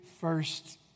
first